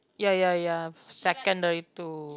ya ya ya secondary two